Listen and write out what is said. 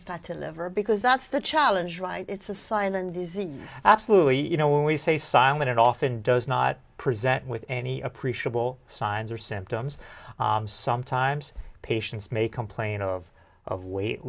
thought to liver because that's the challenge right it's a sign and disease absolutely you know when we say silent it often does not present with any appreciable signs or symptoms sometimes patients may complain of of weight